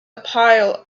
pile